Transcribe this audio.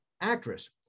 actress